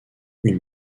une